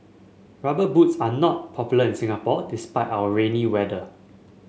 rubber boots are not popular in Singapore despite our rainy weather